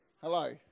Hello